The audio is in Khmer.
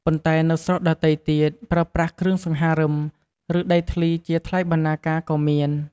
ប៉ុន្តែនៅស្រុកដទៃទៀត ប្រើប្រាស់គ្រឿងសង្ហារឹម ឬដីធ្លីជាថ្លៃបណ្ណាការក៏មាន។